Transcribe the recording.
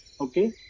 okay